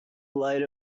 light